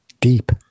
Deep